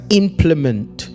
implement